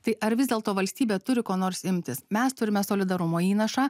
tai ar vis dėlto valstybė turi ko nors imtis mes turime solidarumo įnašą